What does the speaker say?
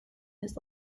his